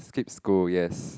skip school yes